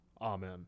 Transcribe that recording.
Amen